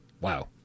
wow